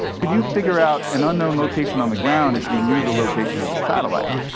could you figure out an unknown location on the ground if you knew the location of the satellite?